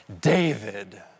David